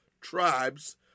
tribes